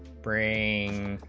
brain